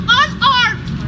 unarmed